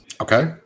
okay